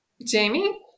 Jamie